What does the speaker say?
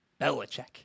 Belichick